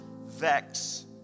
vex